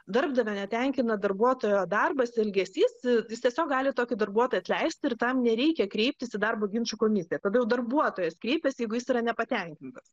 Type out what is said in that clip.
darbdavio netenkina darbuotojo darbas elgesys jis tiesiog gali tokį darbuotoją atleisti ir tam nereikia kreiptis į darbo ginčų komisiją todėl darbuotojas kreipiasi jeigu jis yra nepatenkintas